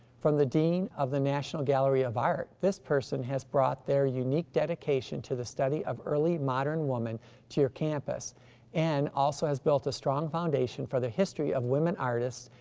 from the dean of the national gallery of art, this person has brought their unique dedication to the study of early modern woman to your campus and also has built a strong foundation for the history of women artists,